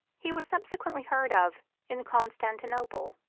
he was subsequently heard of in constantinople,